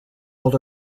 hold